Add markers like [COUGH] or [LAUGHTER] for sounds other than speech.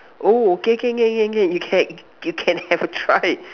oh can can can can can you can you can have a try [NOISE]